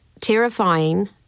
terrifying